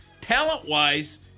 talent-wise